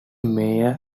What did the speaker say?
mayor